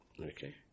Okay